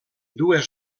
dues